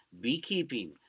beekeeping